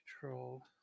Control